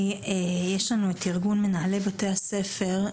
יש לנו את ארגון מנהלי בתי הספר,